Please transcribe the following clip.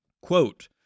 Quote